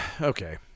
Okay